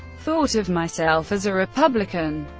thought of myself as a republican.